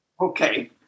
Okay